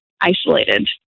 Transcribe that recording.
isolated